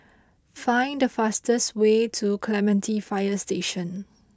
find the fastest way to Clementi Fire Station